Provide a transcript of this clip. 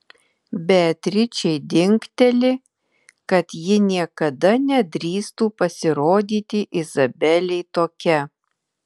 beatričei dingteli kad ji niekada nedrįstų pasirodyti izabelei tokia